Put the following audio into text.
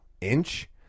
inch